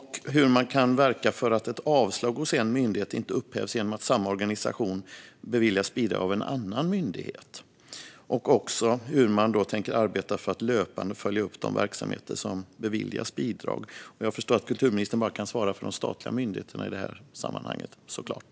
Hur kan man verka för att ett avslag hos en myndighet inte upphävs genom att samma organisation beviljas bidrag av en annan myndighet? Hur tänker man arbeta för att löpande följa upp de verksamheter som beviljas bidrag? Jag förstår att kulturministern bara kan svara för de statliga myndigheterna i det här sammanhanget.